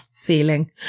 feeling